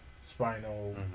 spinal